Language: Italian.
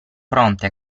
pronte